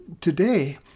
Today